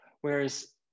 Whereas